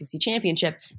championship